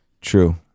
True